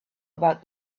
about